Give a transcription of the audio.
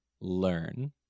learn